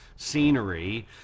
scenery